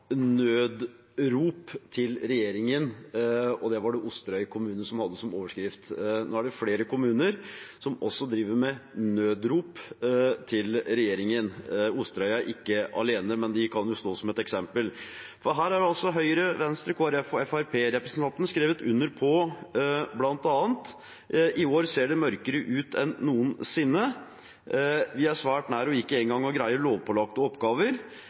nødrop til regjeringen – og det var Osterøy kommune som hadde det som overskrift. Nå er det flere kommuner som også kommer med nødrop til regjeringen. Osterøy er altså ikke alene, men de kan stå som et eksempel. Her har Høyre-, Venstre-, Kristelig Folkeparti- og Fremskrittsparti-representantene skrevet under på bl.a. følgende: «Men i år ser det mørkare ut enn nokosinne. Vi er svært nær å